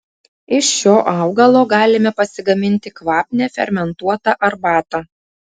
iš šio augalo galime pasigaminti kvapnią fermentuotą arbatą